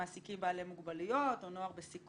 לגופים שמעסיקים בעלי מוגבלויות או נוער בסיכון.